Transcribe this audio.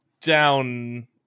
down